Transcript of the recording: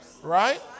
Right